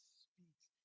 speaks